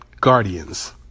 guardians